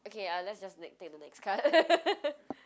okay ah let's just take the next card